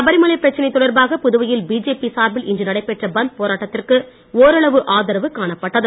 சபரிமலை பிரச்சனை தொடர்பாக புதுவையில் பிஜேபி சார்பில் இன்று நடைபெற்ற பந்த் போராட்டத்திற்கு ஓரளவு ஆதரவு காணப்பட்டது